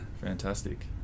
Fantastic